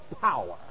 power